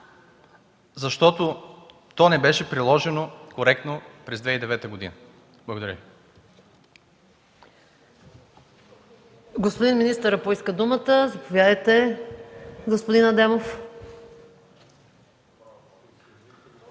защото то не беше приложено коректно през 2009 г. Благодаря.